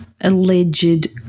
alleged